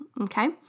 okay